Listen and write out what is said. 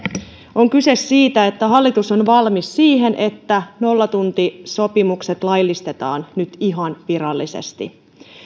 on kyse siitä että hallitus on valmis siihen että nollatuntisopimukset laillistetaan nyt ihan virallisesti